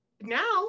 now